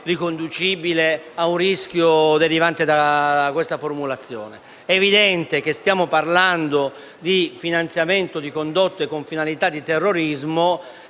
riconducibile ad un rischio derivante dalla formulazione in esame. È evidente che stiamo parlando del finanziamento di condotte con finalità di terrorismo